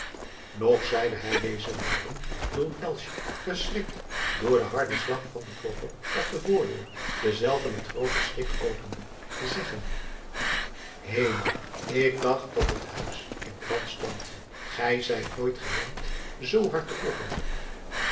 og zeide hij deze woorden toen verschrikt door den harden slag van den klopper op de voordeur dezelve met grooten schrik opende zeggende emel k dacht dat het huis in den brand stond ij zijt nooit gewend zoo hard te kloppen